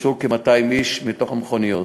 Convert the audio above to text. חולצו כ-200 איש מתוך המכוניות,